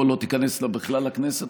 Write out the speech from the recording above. או שלא תיכנסנה בכלל לכנסת,